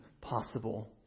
possible